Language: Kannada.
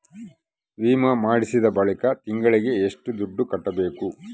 ವಿಮೆ ಮಾಡಿಸಿದ ಬಳಿಕ ತಿಂಗಳಿಗೆ ಎಷ್ಟು ದುಡ್ಡು ಕಟ್ಟಬೇಕು?